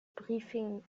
briefing